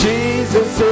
Jesus